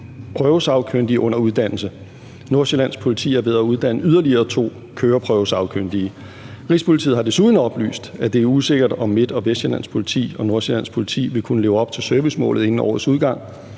køreprøvesagkyndige under uddannelse. Nordsjællands Politi er ved yderligere at uddanne to køreprøvesagkyndige. Rigspolitiet har desuden oplyst, at det er usikkert, om Midt- og Vestsjællands Politi og Nordsjællands Politi som forventet vil kunne leve op til servicemålet inden årets udgang,